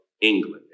England